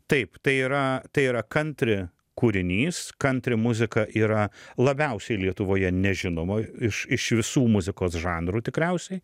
taip tai yra tai yra kantri kūrinys kantri muzika yra labiausiai lietuvoje nežinoma iš iš visų muzikos žanrų tikriausiai